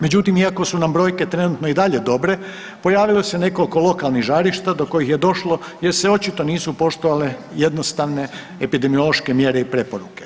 Međutim, iako su nam brojke trenutno i dalje dobre, pojavilo se nekoliko lokalnih žarišta do kojih je došlo jer se očito nisu poštovale jednostavne epidemiološke mjere i preporuke.